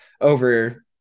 over